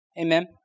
Amen